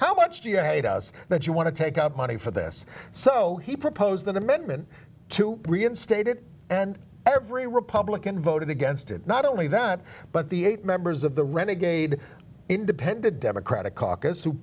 how much do you hate us that you want to take out money for this so he proposed an amendment to reinstate it and every republican voted against it not only that but the eight members of the renegade independent democratic c